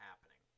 happening